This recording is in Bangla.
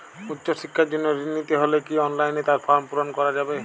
উচ্চশিক্ষার জন্য ঋণ নিতে হলে কি অনলাইনে তার ফর্ম পূরণ করা যাবে?